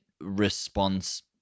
response